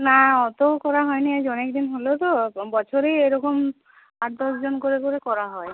না অতও করা হয়নি আজ অনেক দিন হলো তো বছরেই এরকম আট দশ জন করে করে করা হয়